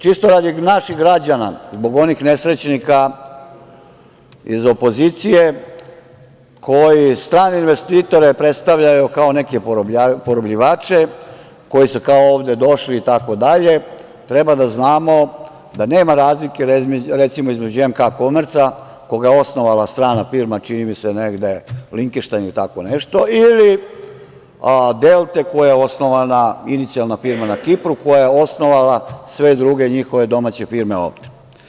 Čisto radi naših građana, zbog onih nesrećnika iz opozicije koji strane investitore predstavljaju kao neke porobljivače koji su kao ovde došli itd, treba da znamo da nema razlike, recimo, između „MK Komerca“, koga je osnovala strana firma, čini mi se, negde u Lihtenštajnu ili tako nešto ili „Delte“, inicijalna firma na Kipru, koja osnovala sve druge njihove domaće firme ovde.